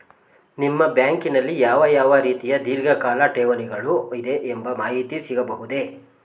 ನಿಮ್ಮ ಬ್ಯಾಂಕಿನಲ್ಲಿ ಯಾವ ಯಾವ ರೀತಿಯ ಧೀರ್ಘಕಾಲ ಠೇವಣಿಗಳು ಇದೆ ಎಂಬ ಮಾಹಿತಿ ಸಿಗಬಹುದೇ?